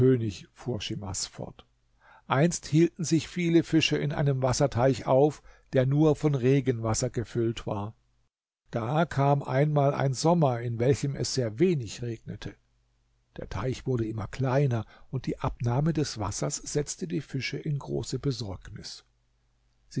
schimas fort einst hielten sich viele fische in einem wasserteich auf der nur von regenwasser gefüllt war da kam einmal ein sommer in welchem es sehr wenig regnete der teich wurde immer kleiner und die abnahme des wassers setzte die fische in große besorgnis